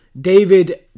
David